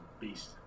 beast